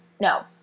No